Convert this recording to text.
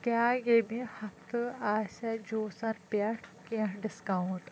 کیٛاہ ییٚمہِ ہفتہٕ آسیا جوٗسن پٮ۪ٹھ کینٛہہ ڈسکاونٹ